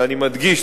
ואני מדגיש,